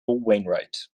wainwright